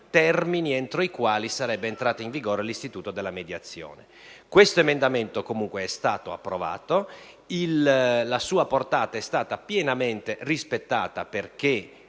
termini entro i quali sarebbe entrato in vigore l'istituto della mediazione. Questo emendamento comunque è stato approvato, la sua portata è stata pienamente rispettata, perché